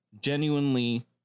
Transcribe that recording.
genuinely